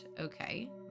Okay